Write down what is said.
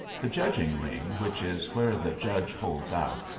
the judging-ring, which is where the judge holds out,